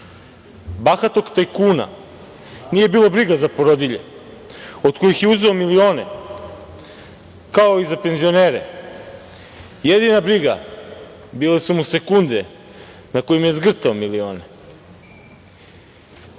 Bahatog tajkuna nije bilo briga za porodilje od kojih je uzeo milione, kao i za penzionere. Jedina briga bile su mu sekunde na kojima je zgrtao milione. Kako